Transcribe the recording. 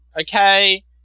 Okay